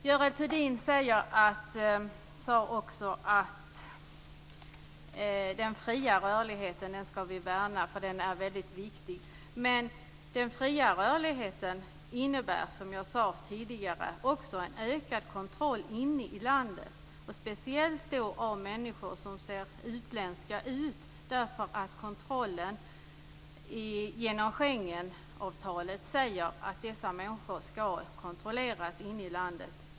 Görel Thurdin sade att vi skall värna den fria rörligheten, eftersom den är väldigt viktig. Men som jag sade tidigare innebär den fria rörligheten också en ökad kontroll inne i landet, speciellt av människor som ser utländska ut. Schengenavtalet säger nämligen att dessa människor skall kontrolleras inne i landet.